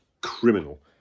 Criminal